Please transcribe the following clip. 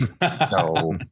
No